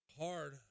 hard